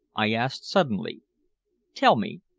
i asked suddenly tell me.